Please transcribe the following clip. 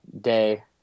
day